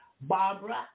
Barbara